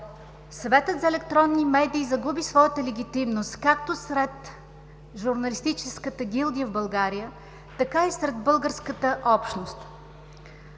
Съветът за електронни медии загуби своята легитимност както сред журналистическата гилдия в България, така и сред българската общност.